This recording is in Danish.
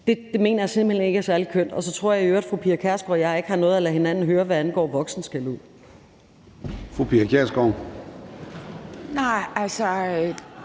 Det mener jeg simpelt hen ikke er særlig kønt, og så tror jeg i øvrigt, at fru Pia Kjærsgaard og jeg ikke har noget at lade hinanden høre, hvad angår voksenskældud.